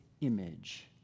image